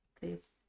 please